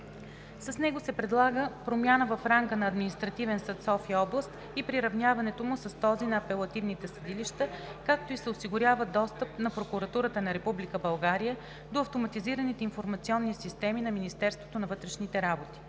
С него се предлага промяна в ранга на Административен съд – София област, и приравняването му с този на апелативните съдилища, както и се осигурява достъп на Прокуратурата на Република България до автоматизираните информационни системи на Министерството на вътрешните работи.